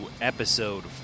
episode